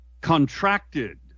contracted